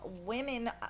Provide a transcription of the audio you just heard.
Women